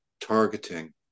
targeting